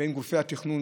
בין גופי התכנון,